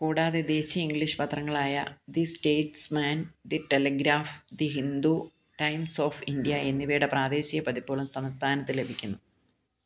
കൂടാതെ ദേശീയ ഇംഗ്ലീഷ് പത്രങ്ങളായ the Statesman the Telegraph the Hindu Times of India എന്നിവയുടെ പ്രാദേശിക പതിപ്പുകളും സംസ്ഥാനത്ത് ലഭിക്കുന്നു